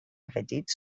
afegits